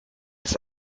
ist